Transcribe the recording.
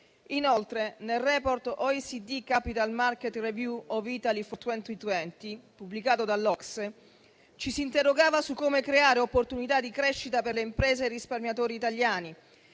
and development (OECD) Capital market review of Italy for 2020, pubblicato dall'OCSE, ci si interrogava su come creare opportunità di crescita per le imprese e i risparmiatori italiani